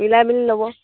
মিলাই মিলি ল'ব